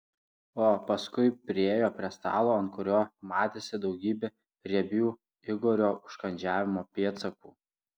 o paskui priėjo prie stalo ant kurio matėsi daugybė riebių igorio užkandžiavimo pėdsakų